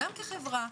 גם כחברה,